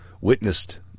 witnessed